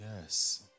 Yes